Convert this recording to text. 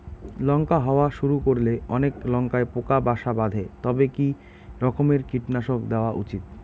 লঙ্কা হওয়া শুরু করলে অনেক লঙ্কায় পোকা বাসা বাঁধে তবে কি রকমের কীটনাশক দেওয়া উচিৎ?